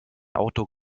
auto